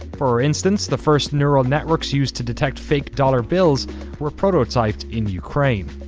for instance, the first neural networks used to detect fake dollar bills were prototyped in ukraine.